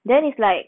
then is like